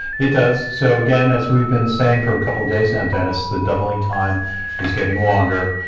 it does, so again, as we've been saying for a couple days now, dennis, the doubling time is getting longer,